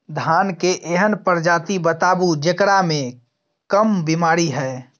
धान के एहन प्रजाति बताबू जेकरा मे कम बीमारी हैय?